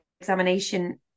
examination